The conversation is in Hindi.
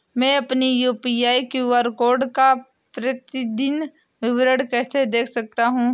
मैं अपनी यू.पी.आई क्यू.आर कोड का प्रतीदीन विवरण कैसे देख सकता हूँ?